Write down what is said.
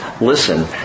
Listen